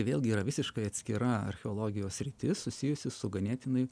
vėlgi yra visiškai atskira archeologijos sritis susijusi su ganėtinai